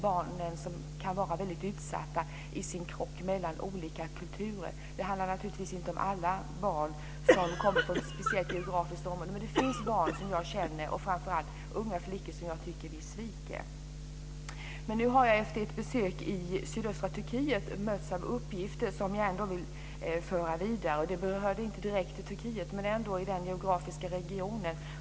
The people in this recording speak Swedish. De kan vara väldigt utsatta i sin krock mellan olika kulturer. Det handlar naturligtvis inte om alla barn som kommer från ett speciellt geografiskt område. Men det finns barn, framför allt unga flickor, som jag tycker att vi sviker. Efter ett besök i sydöstra Turkiet har jag mötts av uppgifter som jag vill föra vidare. De berör inte direkt Turkiet men ändå den geografiska regionen.